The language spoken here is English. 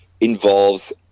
involves